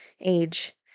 age